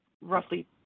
roughly